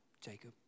Jacob